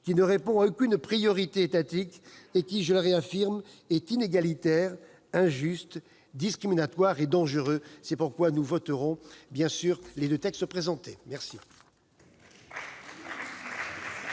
qui ne répond à aucune priorité étatique et qui, je le réaffirme, est inégalitaire, injuste, discriminatoire et dangereux. C'est pourquoi nous voterons bien sûr les deux motions. La